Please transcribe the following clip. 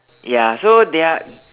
ya so they're